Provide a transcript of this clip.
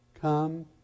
come